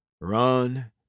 Run